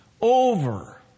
over